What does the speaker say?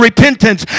repentance